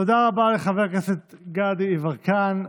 תודה רבה לחבר הכנסת גדי יברקן.